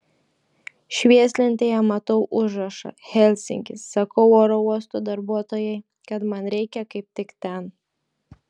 švieslentėje matau užrašą helsinkis sakau oro uosto darbuotojai kad man reikia kaip tik ten